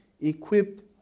equipped